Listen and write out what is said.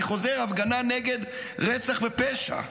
אני חוזר: הפגנה נגד רצח ופשע,